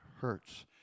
hurts